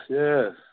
yes